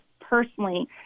personally